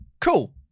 cool